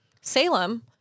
Salem